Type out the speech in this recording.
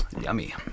Yummy